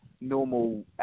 normal